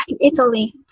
Italy